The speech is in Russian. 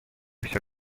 все